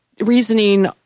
reasoning